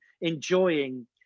enjoying